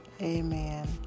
Amen